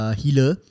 healer